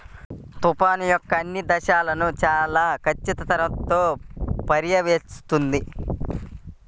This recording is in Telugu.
తుఫాను యొక్క అన్ని దశలను చాలా ఖచ్చితత్వంతో పర్యవేక్షిస్తుంది